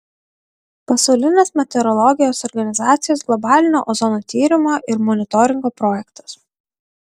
pasaulinės meteorologijos organizacijos globalinio ozono tyrimo ir monitoringo projektas